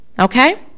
Okay